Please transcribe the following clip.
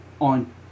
on